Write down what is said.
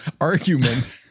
argument